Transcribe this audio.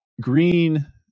green